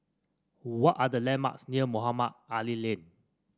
what are the landmarks near Mohamed Ali Lane